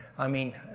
i mean.